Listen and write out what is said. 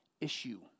issue